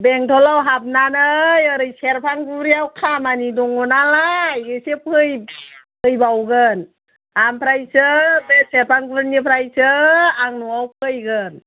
बेंटलाव हाबनानै ओरै सेरफांगुरियाव खामानि दङ नालाय एसे फैबावगोन ओमफ्रायसो बे सेरफांगुरिनिफ्रायसो आं न'आव फैगोन